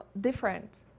Different